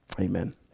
Amen